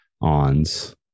Ons